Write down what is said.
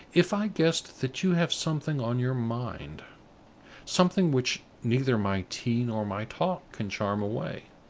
if i guessed that you have something on your mind something which neither my tea nor my talk can charm away?